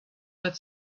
had